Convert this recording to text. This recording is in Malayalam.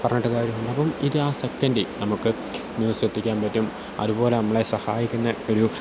പറഞ്ഞിട്ട് കാര്യമുണ്ടോ അപ്പോള് ഇത് ആ സെക്കൻഡില് നമുക്ക് ന്യൂസ് എത്തിക്കാന് പറ്റും അതുപോലെ നമ്മളെ സഹായിക്കുന്നെ ഒരു